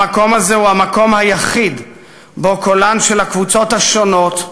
המקום הזה הוא המקום היחיד שבו קולן של הקבוצות השונות,